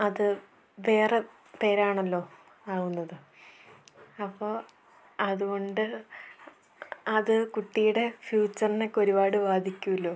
അതു വേറെ പേരാണല്ലോ ആകുന്നത് അപ്പോൾ അതു കൊണ്ട് അത് കുട്ടിയുടെ ഫ്യൂച്ചറിനെയൊക്കെ ഒരുപാട് ബാധിക്കുമല്ലോ